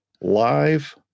live